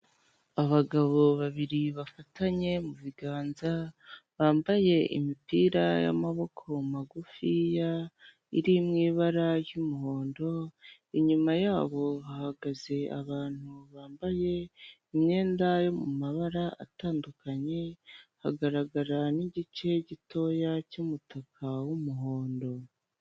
Abagabo babiri bafatanye mu biganza, bambaye imipira yamaboko magufiya, iri mu ibara ry'umuhondo, inyuma yabo hahagaze abantu bambaye imyenda yo mu mabara atandukanye, hagaragara nigice gitoya cy'umutaka w'umuhondo.